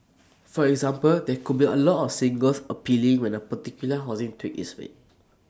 for example there could be A lot of singles appealing when A particular housing tweak is made